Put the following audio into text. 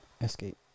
escape